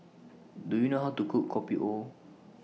Do YOU know How to Cook Kopi O